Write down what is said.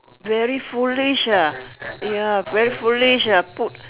very foolish ah ya very foolish ah put